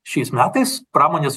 šiais metais pramonės